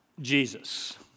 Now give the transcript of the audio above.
Jesus